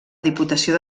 diputació